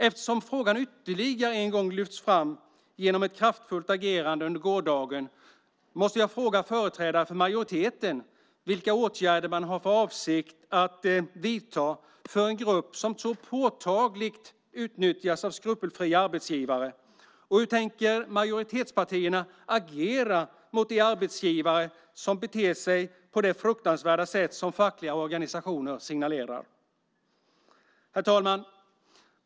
Eftersom frågan ytterligare en gång lyfts fram genom ett kraftfullt agerande under gårdagen måste jag fråga företrädare för majoriteten vilka åtgärder man har för avsikt att vidta för en grupp som så påtagligt utnyttjas av skrupelfria arbetsgivare. Hur tänker majoritetspartierna agera mot de arbetsgivare som beter sig på det fruktansvärda sätt som fackliga organisationer signalerar? Herr talman!